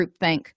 groupthink